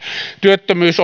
työttömyys